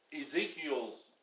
Ezekiel's